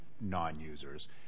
non-users